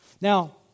Now